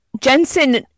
Jensen